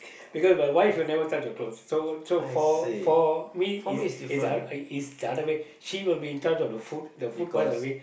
because my wife will never touch the clothes so so for for me is is uh uh is the other way me she will be in charge of the food the food wise I mean